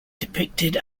depicted